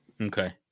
Okay